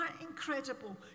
incredible